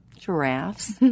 giraffes